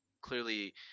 clearly